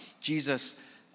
Jesus